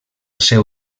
seu